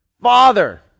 Father